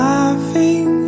Laughing